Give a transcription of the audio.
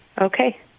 Okay